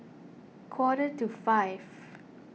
quarter to five